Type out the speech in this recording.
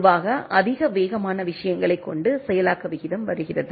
பொதுவாக அதிக வேகமான விஷயங்களைக் கொண்டு செயலாக்க விகிதம் வருகிறது